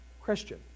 Christian